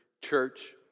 church